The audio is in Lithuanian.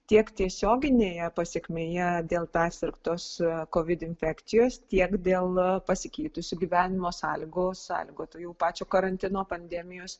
tiek tiesioginėje pasekmėje dėl persirgtos kovid infekcijos tiek dėl pasikeitusių gyvenimo sąlygų sąlygotų jau pačio karantino pandemijos